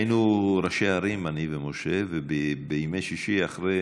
היינו ראשי ערים, אני ומשה, ובימי שישי, אחרי